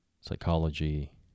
psychology